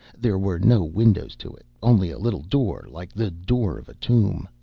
there were no windows to it, only a little door like the door of a tomb.